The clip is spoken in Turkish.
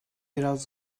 biraz